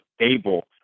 able